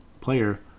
player